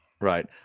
right